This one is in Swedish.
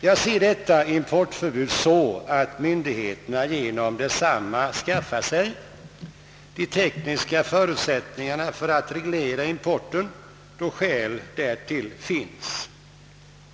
Jag ser detta importförbud så, att myndigheterna genom detsamma skaf far sig de tekniska förutsättningarna för att reglera importen, då skäl därtill finns.